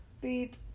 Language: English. Beep